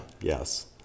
Yes